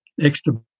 extra